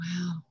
Wow